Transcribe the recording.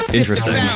interesting